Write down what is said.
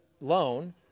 loan